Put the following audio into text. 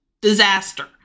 disaster